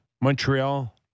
Montreal